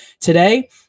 Today